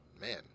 Man